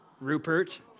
Rupert